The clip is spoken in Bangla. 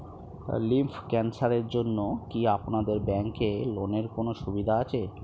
লিম্ফ ক্যানসারের জন্য কি আপনাদের ব্যঙ্কে লোনের কোনও সুবিধা আছে?